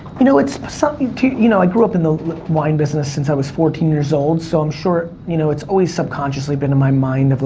you know, it's something, you know, i grew up in the wine business, since i was fourteen years old, so i'm sure, you know, it's always subconsciously been in my mind, of,